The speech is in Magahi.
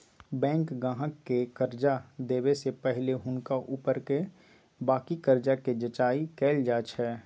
बैंक गाहक के कर्जा देबऐ से पहिले हुनका ऊपरके बाकी कर्जा के जचाइं कएल जाइ छइ